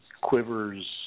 quivers